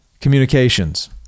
communications